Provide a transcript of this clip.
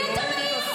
לי אתה מעיר?